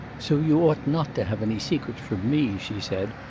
so you ought not to have any secrets from me she said,